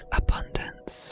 abundance